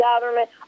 government